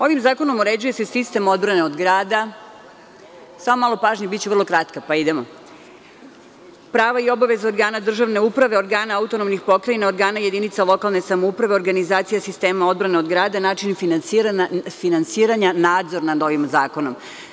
Ovim zakonom uređuje se sistem odbrane od grada, prava i obaveze organa državne uprave, organa autonomnih pokrajina, organa jedinica lokalnih samouprava i organizacija sistema odbrane od grada, načini finansiranja i nadzor nad ovim zakonom.